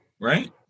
Right